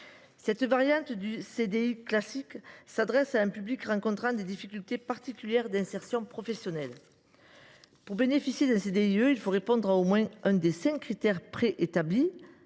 Cette variante du CDI classique s’adresse à un public rencontrant des difficultés particulières d’insertion professionnelle. Pour bénéficier d’un CDIE, il faut répondre à au moins un des cinq critères préétablis,